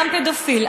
גם פדופיל,